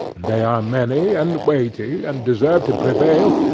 and they are many and weighty, and deserve to prevail,